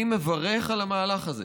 אני מברך על המהלך הזה.